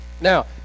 now